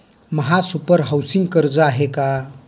महासुपर हाउसिंग कर्ज आहे का?